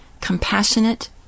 Compassionate